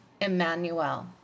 Emmanuel